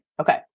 Okay